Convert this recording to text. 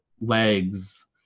legs